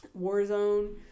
Warzone